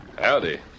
Howdy